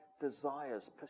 desires